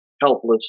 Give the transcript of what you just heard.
helpless